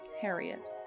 Harriet